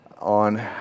on